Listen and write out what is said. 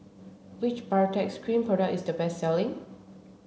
which Baritex Cream product is the best selling